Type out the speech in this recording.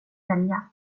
sälja